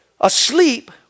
asleep